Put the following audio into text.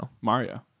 Mario